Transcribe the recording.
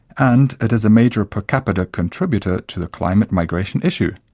and it is a major per capita contributor to the climate migration issue.